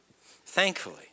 Thankfully